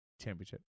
championship